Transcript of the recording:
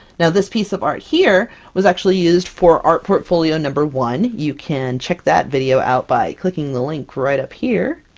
now this piece of art here, was actually used for art portfolio number one. you can check that video out by clicking the link right up here!